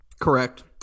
Correct